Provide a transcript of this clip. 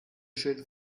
schön